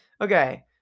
Okay